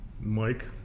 Mike